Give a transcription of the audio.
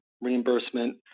reimbursement